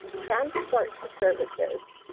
transport to services.